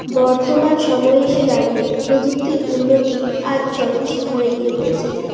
বর্তমান সময়ে এসে দাঁড়িয়ে প্রযুক্তির উন্নতি আজ চরম শিখরে গিয়ে পৌঁছেছে